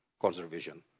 conservation